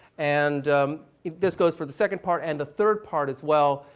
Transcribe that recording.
and this goes for the second part and the third part, as well,